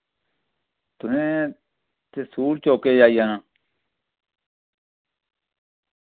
तुसैं ते स्कूल चौके च आई जाना